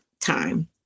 time